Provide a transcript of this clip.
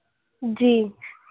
جی